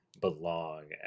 belong